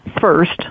first